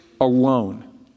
alone